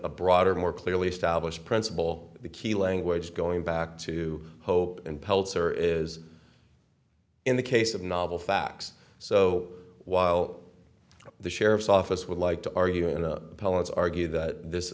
a broader more clearly established principle the key language going back to hope and pelter is in the case of novel facts so while the sheriff's office would like to argue in the pellets argue that this